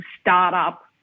startup